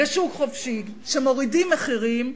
ושוק חופשי שמורידים מחירים,